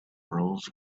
roles